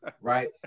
Right